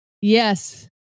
Yes